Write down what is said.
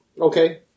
Okay